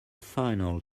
final